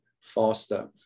faster